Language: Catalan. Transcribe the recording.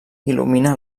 il·lumina